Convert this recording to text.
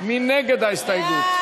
מי נגד ההסתייגות?